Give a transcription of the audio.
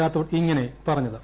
രാത്തോഡ് ഇങ്ങനെ പറഞ്ഞത്